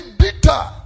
bitter